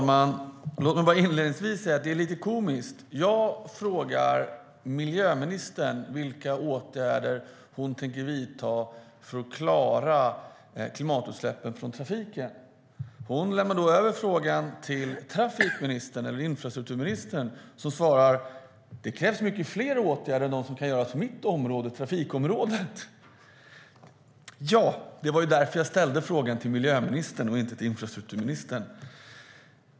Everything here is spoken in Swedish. Fru talman! Låt mig inledningsvis säga att det är lite komiskt. Jag frågade miljöministern vilka åtgärder hon tänker vidta för att klara klimatutsläppen från trafiken. Hon lämnar då över frågan till infrastrukturministern, som svarar: Det krävs många fler åtgärder än de som kan vidtas på mitt område, trafikområdet. Det var ju därför jag ställde frågan till miljöministern och inte till infrastrukturministern!